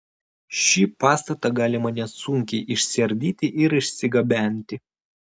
šį pastatą galima nesunkiai išsiardyti ir išsigabenti